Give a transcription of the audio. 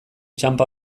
txanpa